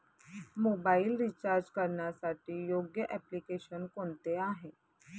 Mobile recharge करण्यासाठी योग्य application कोणते आहे?